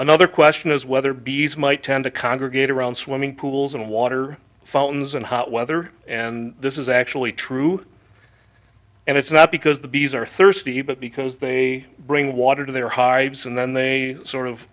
another question is whether bees might tend to congregate around swimming pools and water fountains in hot weather and this is actually true and it's not because the bees are thirsty but because they bring water to their hives and then they sort of